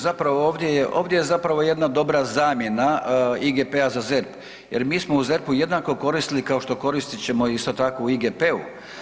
Zapravo ovdje je, ovdje je zapravo jedna dobra zamjena IGP-a za ZERP jer mi smo u ZERP-u jednako koristili kao što koristit ćemo isto tako i u IGP-u.